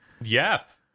Yes